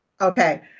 Okay